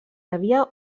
havia